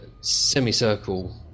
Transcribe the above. semicircle